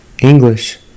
English